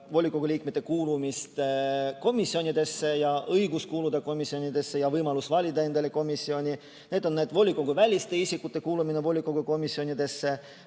volikogu liikmete kuulumist komisjonidesse, nende õigust kuuluda komisjonidesse ja võimalust valida endale komisjoni, volikoguväliste isikute kuulumist volikogu komisjonidesse,